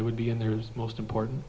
it would be in there is most important